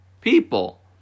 people